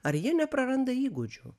ar jie nepraranda įgūdžių